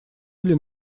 для